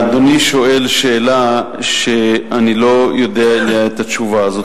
אדוני שואל שאלה שאני לא יודע את התשובה עליה.